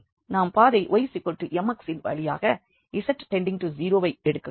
நாம் பாதை ymx யின் வழியாக z→0 ஐ எடுக்கிறோம்